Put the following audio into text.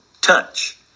touch